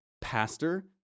pastor